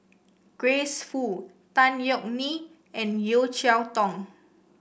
Grace Fu Tan Yeok Nee and Yeo Cheow Tong